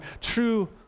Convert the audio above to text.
true